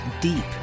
deep